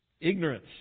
ignorance